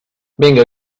vinga